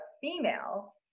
female